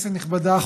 כנסת נכבדה,